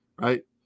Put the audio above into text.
Right